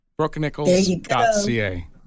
BrookeNichols.ca